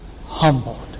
humbled